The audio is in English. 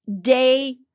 day